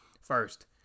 first